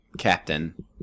captain